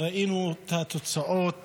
וראינו את התוצאות